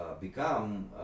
become